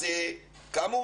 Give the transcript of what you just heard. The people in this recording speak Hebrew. אז כאמור,